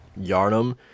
Yarnum